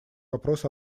вопрос